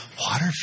Water